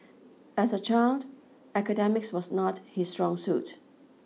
as a child academics was not his strong suit